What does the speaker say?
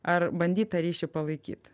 ar bandyt tą ryšį palaikyt